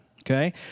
okay